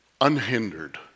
unhindered